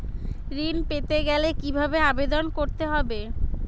ঋণ পেতে গেলে কিভাবে আবেদন করতে হবে?